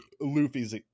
Luffy's